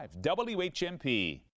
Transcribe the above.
WHMP